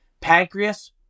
Pancreas